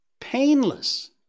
painless